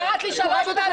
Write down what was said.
את קראת לי שלוש פעמים?